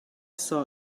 saw